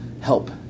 Help